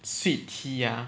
sweet tea ah